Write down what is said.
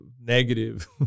negative